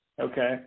Okay